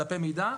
דפי המידע,